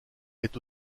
est